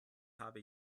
habe